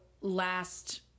last